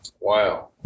Wow